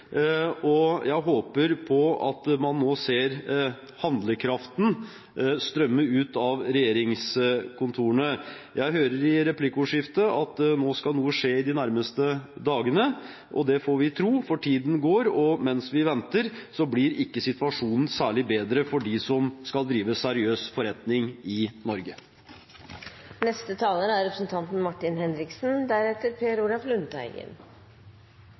og jeg håper at man nå ser handlekraften strømme ut av regjeringskontorene. Jeg hører i replikkordskiftet at nå skal noe skje i de nærmeste dagene, og det får vi tro, for tiden går, og mens vi venter, blir ikke situasjonen særlig bedre for dem som skal drive seriøs forretning i